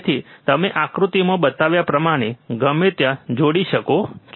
તેથી તમે આકૃતિમાં બતાવ્યા પ્રમાણે સર્કિટને ગમે ત્યાં જોડી શકો છો